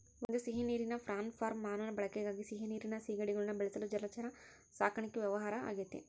ಒಂದು ಸಿಹಿನೀರಿನ prawn farm ಮಾನವನ ಬಳಕೆಗಾಗಿ ಸಿಹಿನೀರಿನ ಸೀಗಡಿಗುಳ್ನ ಬೆಳೆಸಲು ಜಲಚರ ಸಾಕಣೆ ವ್ಯವಹಾರ ಆಗೆತೆ